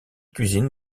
cuisines